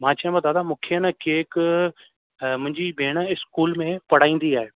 मां चयमि दादा मूंखे आहे न केक मुंहिंजी भेण इस्कूल में पढ़ाईंदी आहे